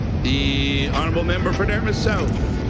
the honourable member for dartmouth south.